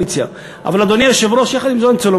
אז אני מצביע כמו הקואליציה.